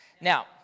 Now